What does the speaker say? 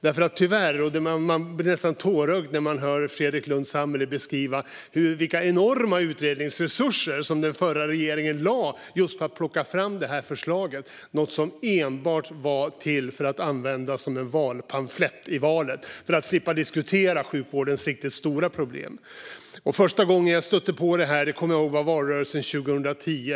Man blir nästan tårögd när man hör Fredrik Lundh Sammeli beskriva vilka enorma utredningsresurser som den förra regeringen lade på att plocka fram förslaget. Det var något som enbart var till för att använda som en valpamflett i valet för att slippa diskutera sjukvårdens riktigt stora problem. Första gången jag stötte på det var valrörelsen 2010.